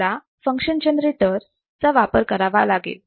तुम्हाला function generator चा वापर करावा लागेल